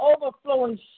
overflowing